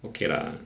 okay lah